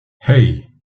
hey